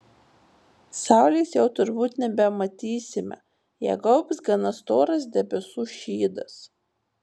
saulės jau turbūt nebematysime ją gaubs gana storas debesų šydas